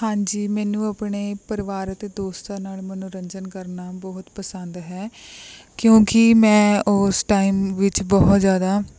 ਹਾਂਜੀ ਮੈਨੂੰ ਆਪਣੇ ਪਰਿਵਾਰ ਅਤੇ ਦੋਸਤਾਂ ਨਾਲ ਮਨੋਰੰਜਨ ਕਰਨਾ ਬਹੁਤ ਪਸੰਦ ਹੈ ਕਿਉਂਕਿ ਮੈਂ ਉਸ ਟਾਇਮ ਵਿੱਚ ਬਹੁਤ ਜ਼ਿਆਦਾ